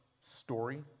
story